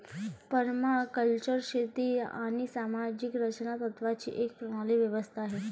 permaculture शेती आणि सामाजिक रचना तत्त्वांची एक प्रणाली व्यवस्था आहे